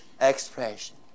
expression